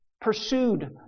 pursued